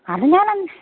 അതു ഞാനന്ന്